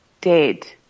dead